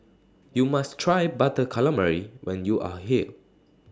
YOU must Try Butter Calamari when YOU Are here